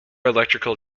electrical